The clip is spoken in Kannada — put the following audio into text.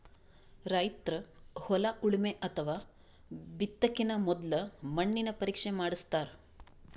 ರೈತರ್ ಹೊಲ ಉಳಮೆ ಅಥವಾ ಬಿತ್ತಕಿನ ಮೊದ್ಲ ಮಣ್ಣಿನ ಪರೀಕ್ಷೆ ಮಾಡಸ್ತಾರ್